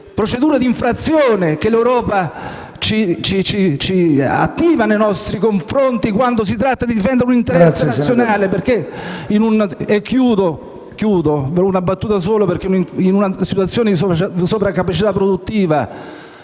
procedure di infrazione che l'Unione europea attiva nei nostri confronti quando si tratta di difendere un interesse nazionale.